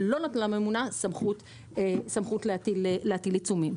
ולא נתנה לממונה סמכות להטיל עיצומים.